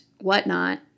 whatnot